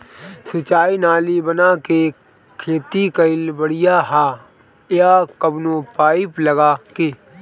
सिंचाई नाली बना के खेती कईल बढ़िया ह या कवनो पाइप लगा के?